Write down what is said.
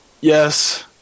Yes